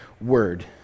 word